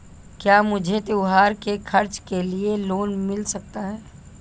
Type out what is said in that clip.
क्या मुझे त्योहार के खर्च के लिए लोन मिल सकता है?